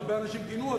הרבה אנשים גינו אותנו.